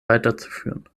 weiterzuführen